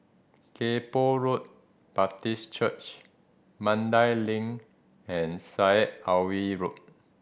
Kay Poh Road Baptist Church Mandai Link and Syed Alwi Road